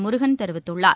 முருகன் தெரிவித்துள்ளார்